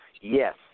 Yes